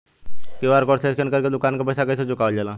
QR code से scan कर के दुकान के पैसा कैसे चुकावल जाला?